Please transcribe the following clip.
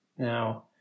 Now